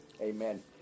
Amen